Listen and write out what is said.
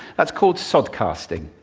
that's called sodcasting,